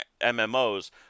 MMOs